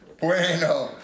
Bueno